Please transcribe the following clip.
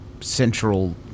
central